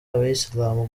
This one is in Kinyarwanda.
abayisilamu